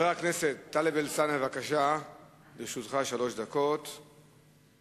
הצעות לסדר-היום שמספריהן 1013,